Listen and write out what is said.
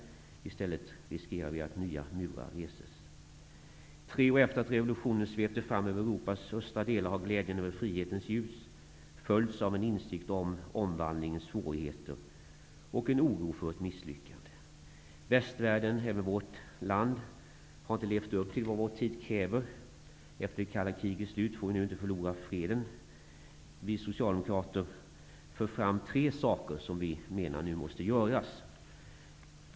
Vi riskerar i stället att nya murar reses. Europas östra delar har glädjen över frihetens ljus följts av en insikt om omvandlingens svårigheter och en oro för ett misslyckande. Västvärlden -- det gäller även vårt land -- har inte levt upp till vad vår tid kräver. Efter det kalla krigets slut får vi nu inte förlora freden. Vi socialdemokrater för fram tre saker som vi menar måste göras nu.